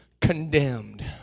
condemned